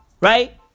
Right